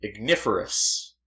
Igniferous